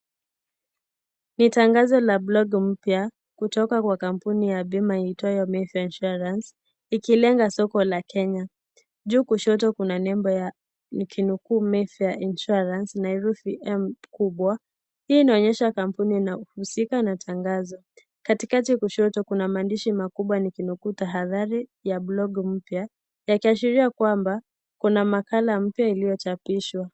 Ni tangazo la blogi mpya kutoka kwa kampuni ya bima iitwayo Mayfair Insurance ikilenga soko la Kenya. Juu kushoto kuna nembo ya nikinukuu " Mayfair Insurance" na herufi M kubwa. Hii inaonyesha kampuni inahusika na tangazo. Kati kati kushoto kuna maandishi makubwa nikinukuu "Tahadhari ya blogi mpya" yakiashiria kwamba kuna makala mpya ilyochapishwa.